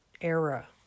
era